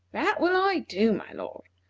that will i do, my lord,